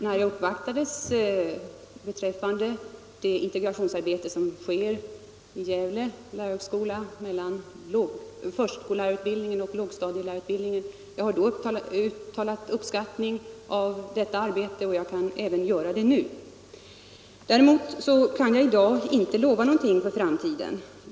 När jag uppvaktades beträffande det integrationsarbete som sker vid Gävle lärarhögskola beträffande förskollärarutbildningen och lågstadielärarutbildningen uttalade jag en uppskattning av detta arbete. Det kan jag göra även nu. Däremot kan jag inte i dag lova någonting för framtiden.